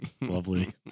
Lovely